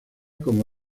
como